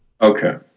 Okay